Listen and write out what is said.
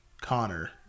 Connor